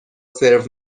سرو